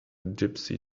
gypsy